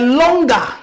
longer